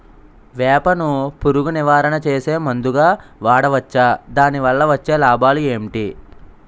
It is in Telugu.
వేప ను పురుగు నివారణ చేసే మందుగా వాడవచ్చా? దాని వల్ల వచ్చే లాభాలు ఏంటి?